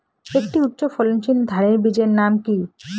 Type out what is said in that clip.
একটি উচ্চ ফলনশীল ধানের বীজের নাম কী?